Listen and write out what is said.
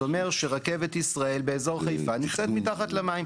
זה אומר שרכבת ישראל באזור חיפה נמצאת מתחת למים.